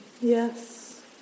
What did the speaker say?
Yes